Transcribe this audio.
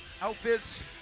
outfits